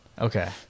Okay